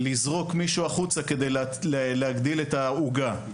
לזרוק מישהו החוצה כדי להגדיל את העוגה.